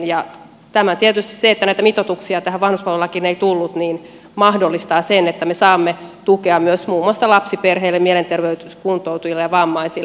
ja tietysti se että näitä mitoituksia tähän vanhuspalvelulakiin ei tullut mahdollistaa sen että me saamme tukea myös muun muassa lapsiperheille mielenterveyskuntoutujille ja vammaisille